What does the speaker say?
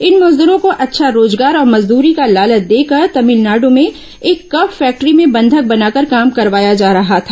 इन मजदूरो को अच्छा रोजगार और मजदूरी का लालच देकर तमिलनाडु में एक कप फैक्ट्री में बंधक बनाकर काम करवाया जा रहा था